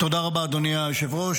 תודה רבה, אדוני היושב-ראש.